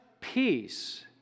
peace